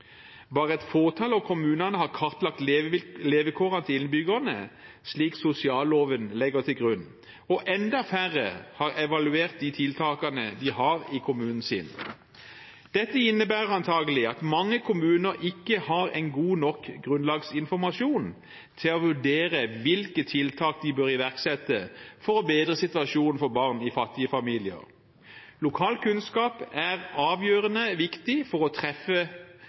Bare et fåtall av kommunene har kartlagt levekårene til innbyggerne, slik sosialloven legger til grunn. Og enda færre har evaluert de tiltakene de har i kommunen sin. Dette innebærer antagelig at mange kommuner ikke har en god nok grunnlagsinformasjon for å vurdere hvilke tiltak de bør iverksette for å bedre situasjonen for barn i fattige familier. Lokal kunnskap er avgjørende viktig for å treffe